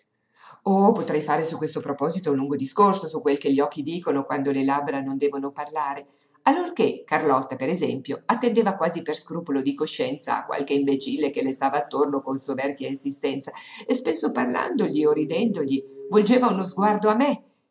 oh potrei fare su questo proposito un lungo discorso su quel che gli occhi dicono quando le labbra non debbono parlare allorché carlotta per esempio attendeva quasi per scrupolo di coscienza a qualche imbecille che le stava attorno con soverchia insistenza spesso parlandogli o ridendogli volgeva uno sguardo a me